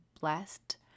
blessed